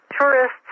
tourists